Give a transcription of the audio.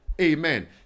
Amen